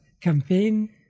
campaign